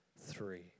Three